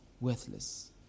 worthless